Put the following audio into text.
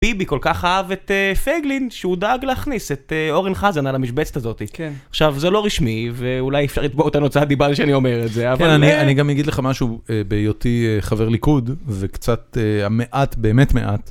ביבי כל כך אהב את פייגלין, שהוא דאג להכניס את אורן חזן על המשבצת הזאת. כן. עכשיו זה לא רשמי, ואולי אפשר לתבוע אותנו על הוצאת דיבה על זה שאני אומר את זה. כן, אני גם אגיד לך משהו, בהיותי חבר ליכוד, וקצת, המעט, באמת מעט.